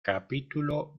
capítulo